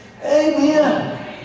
Amen